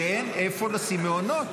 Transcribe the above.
שאין איפה לשים מעונות.